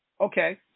Okay